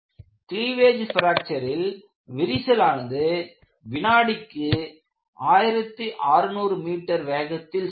cleavage பிராக்சரில் விரிசலானது வினாடிக்கு 1600 மீட்டர் வேகத்தில் செல்லும்